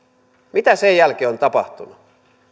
mitä sen jälkeen on tapahtunut